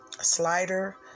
slider